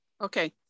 Okay